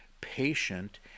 patient